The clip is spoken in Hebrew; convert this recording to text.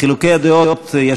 חילוקי הדעות,